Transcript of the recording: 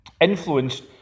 influenced